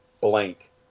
blank